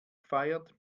feiert